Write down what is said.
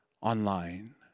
online